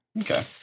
Okay